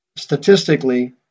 Statistically